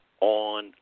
on